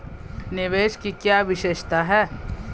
निवेश की क्या विशेषता है?